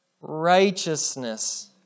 righteousness